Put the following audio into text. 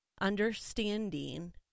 understanding